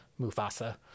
Mufasa